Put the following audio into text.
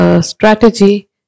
Strategy